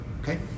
okay